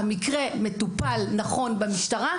המקרה מטופל נכון במשטרה,